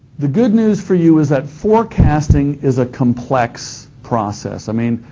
the good news for you is that forecasting is a complex process. i mean,